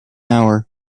hour